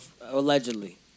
allegedly